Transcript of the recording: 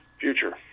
future